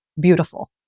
beautiful